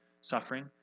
suffering